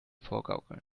vorgaukeln